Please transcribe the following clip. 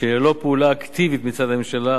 שללא פעולה אקטיבית מצד הממשלה,